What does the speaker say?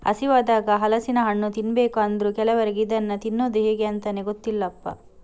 ಹಸಿವಾದಾಗ ಹಲಸಿನ ಹಣ್ಣು ತಿನ್ಬೇಕು ಅಂದ್ರೂ ಕೆಲವರಿಗೆ ಇದನ್ನ ತಿನ್ನುದು ಹೇಗೆ ಅಂತಾನೇ ಗೊತ್ತಿಲ್ಲಪ್ಪ